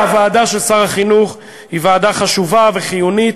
הוועדה של שר החינוך היא ועדה חשובה וחיונית,